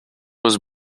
was